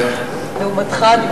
לעומתך אני,